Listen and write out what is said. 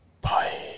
Bye